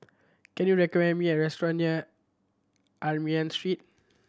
can you recommend me a restaurant near Street